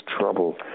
trouble